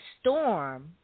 storm